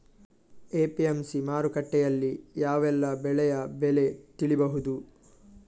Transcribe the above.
APMC ಮಾರುಕಟ್ಟೆಯಲ್ಲಿ ಯಾವೆಲ್ಲಾ ಬೆಳೆಯ ಬೆಲೆ ತಿಳಿಬಹುದು?